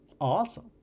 awesome